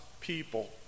people